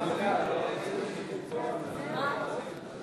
נגד עודד פורר,